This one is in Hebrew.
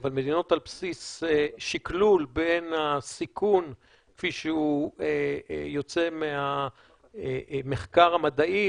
אבל מדינות על בסיס שקלול בין הסיכון כפי שהוא יוצא מהמחקר המדעי,